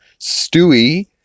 Stewie